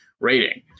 rating